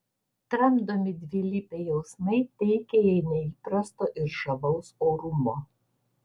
tramdomi dvilypiai jausmai teikia jai neįprasto ir žavaus orumo